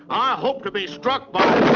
i hope to be struck by.